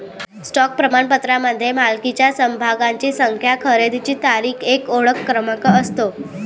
stock प्रमाणपत्रामध्ये मालकीच्या समभागांची संख्या, खरेदीची तारीख, एक ओळख क्रमांक असतो